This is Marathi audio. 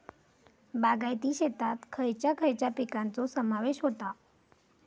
बागायती शेतात खयच्या खयच्या पिकांचो समावेश होता?